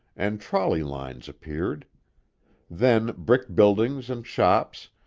and trolley lines appeared then brick buildings and shops,